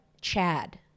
Chad